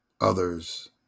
others